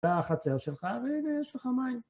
זה החצר שלך, רגע יש לך מים.